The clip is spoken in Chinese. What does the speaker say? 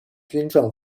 军政